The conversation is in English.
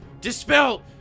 Dispel